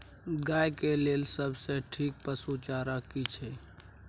गाय के लेल सबसे ठीक पसु चारा की छै?